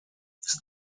ist